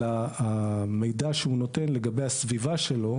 אלא המידע שהוא נותן לגבי הסביבה שלו,